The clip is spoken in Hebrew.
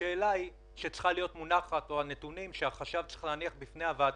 הבנקים הפכו להיות כגורם מרכזי אחד,